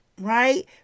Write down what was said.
right